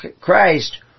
Christ